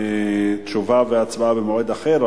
תשובה והצבעה במועד אחר,